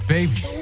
Baby